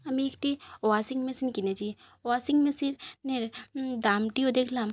আমি একটি washing machine কিনেছি ওয়াশিং মেশিনের দামটিও দেখলাম